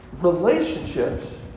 relationships